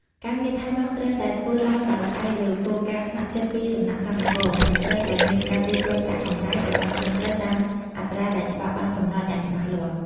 ការងារថែមម៉ោងត្រូវតែធ្វើឡើងដោយផ្អែកលើគោលការណ៍ស្ម័គ្រចិត្តពីសំណាក់កម្មករ និងត្រូវតែមានការទូទាត់ប្រាក់កម្រៃឱ្យបានត្រឹមត្រូវតាមអត្រាដែលច្បាប់បានកំណត់យ៉ាងច្បាស់លាស់។